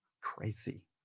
Crazy